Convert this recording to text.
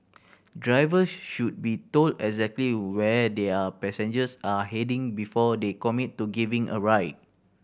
drivers should be told exactly where their passengers are heading before they commit to giving a ride